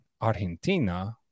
Argentina